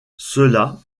cela